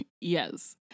Yes